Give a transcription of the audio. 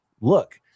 look